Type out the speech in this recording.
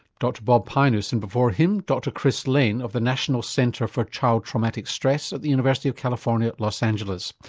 dr bob pynoos and before him, dr chris layne of the national center for child traumatic stress at the university of california, los angeles.